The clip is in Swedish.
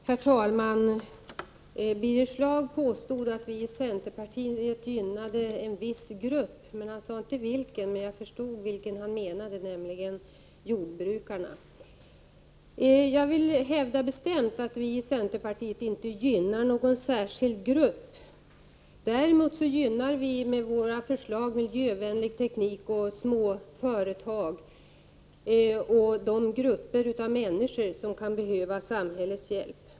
Herr talman! Birger Schlaug påstod att vi i centerpartiet gynnade en viss grupp. Han sade inte vilken, men jag förstod vilken grupp han menade, nämligen jordbrukarna. Jag vill hävda bestämt att vi i centerpartiet inte gynnar någon särskild grupp. Däremot gynnar vi med våra förslag miljövänlig teknik och små företag och de grupper av människor som kan behöva samhällets hjälp.